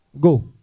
Go